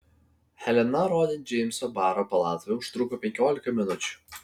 helena rodin džeimso baro palatoje užtruko penkiolika minučių